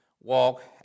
walk